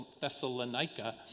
Thessalonica